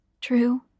True